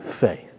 faith